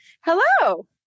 Hello